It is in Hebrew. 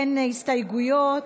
אין הסתייגויות.